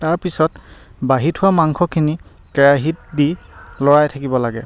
তাৰপিছত বাঢ়ি থোৱা মাংসখিনি কেৰাহীত দি লৰাই থাকিব লাগে